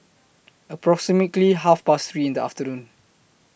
approximately Half Past three in The afternoon